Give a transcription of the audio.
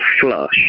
flush